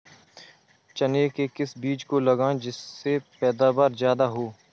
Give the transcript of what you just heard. चने के किस बीज को लगाएँ जिससे पैदावार ज्यादा हो?